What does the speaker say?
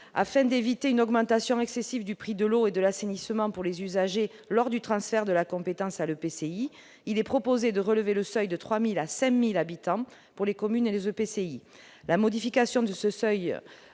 Afin d'éviter une augmentation excessive du prix de l'eau et de l'assainissement pour les usagers lors du transfert de la compétence à l'EPCI, il est proposé de relever le seuil de 3 000 à 5 000 habitants pour les communes et les EPCI.